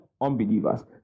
unbelievers